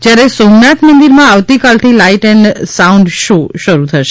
જ્યારે સોમનાથ મંદિરમાં આવતીકાલથી લાઇટ એન્ડ સાઉન્ડ શો શરૂ થશે